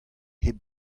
hep